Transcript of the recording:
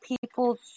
people